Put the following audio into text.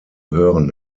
hören